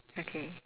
okay